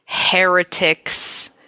Heretics